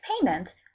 payment